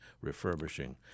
refurbishing